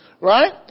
Right